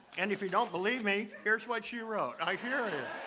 and if you don't believe me, here's what she wrote, i hear